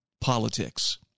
politics